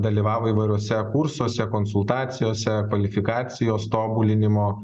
dalyvavo įvairiuose kursuose konsultacijose kvalifikacijos tobulinimo